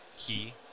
key